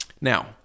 Now